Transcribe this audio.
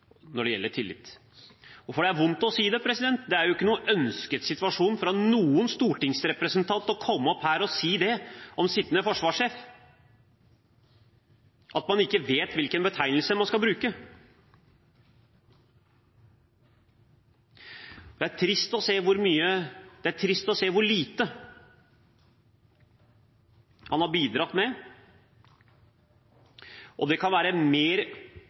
når det gjelder tillit. For det er vondt å si det, det er jo ikke noen ønsket situasjon for noen stortingsrepresentant å komme opp her og si at man ikke vet hvilken betegnelse man skal bruke om den sittende forsvarssjef. Det er trist å se hvor lite han har bidratt med. Og det er mer